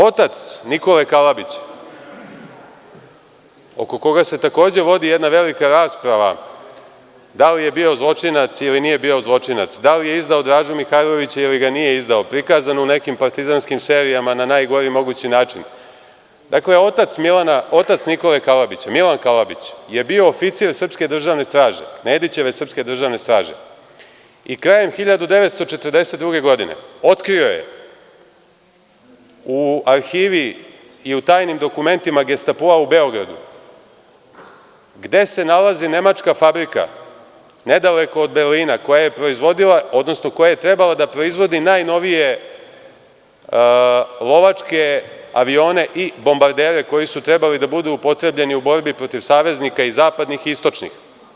Otac Nikole Kalabića, oko koga se takođe vodi jedna velika rasprava, da li je bio zločinac ili nije bio zločinac, da li je izdao Dražu Mihajlovića ili ga nije izdao, prikazan u nekim partizanskim serijama na najgori mogući način, Milan Kalabić je bio oficir Srpske državne straže, Nedićeve Srpske državne straže i krajem 1942. godine otkrio je u Arhivi i u tajnim dokumentima Gestapoa u Beogradu gde se nalazi nemačka fabrika, nedaleko od Berlina, koja je proizvodila, odnosno koja je trebala da proizvodi najnovije lovačke avione i bombardere koji su trebali da budu upotrebljeni u borbi protiv saveznika i zapadnih i istočnih.